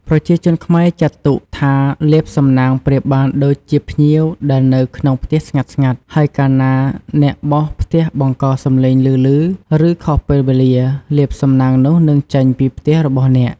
ប្រជាជនខ្មែរចាត់ទុកថាលាភសំណាងប្រៀបបានដូចជាភ្ញៀវដែលនៅក្នុងផ្ទះស្ងាត់ៗ ហើយកាលណាអ្នកបោសផ្ទះបង្កសំឡេងឮៗ ឬ ខុសពេលវេលា លាភសំណាងនោះនឹងចេញពីផ្ទះរបស់អ្នក។